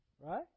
Right